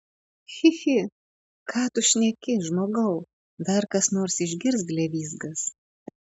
chi chi ką tu šneki žmogau dar kas nors išgirs blevyzgas